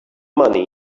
money